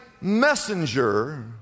messenger